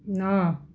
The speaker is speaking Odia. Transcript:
ନଅ